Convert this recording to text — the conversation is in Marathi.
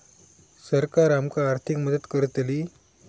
सरकार आमका आर्थिक मदत करतली?